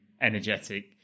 energetic